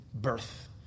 birth